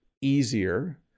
easier